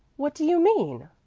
what do you mean?